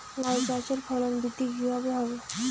লাউ চাষের ফলন বৃদ্ধি কিভাবে হবে?